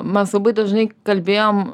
mes labai dažnai kalbėjom